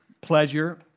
pleasure